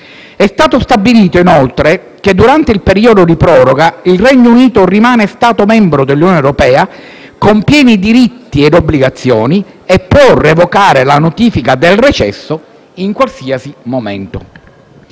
È stato stabilito, inoltre, che durante il periodo di proroga il Regno Unito rimanga stato membro dell'Unione europea con pieni diritti ed obbligazioni e possa revocare la notifica del recesso in qualsiasi momento.